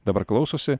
dabar klausosi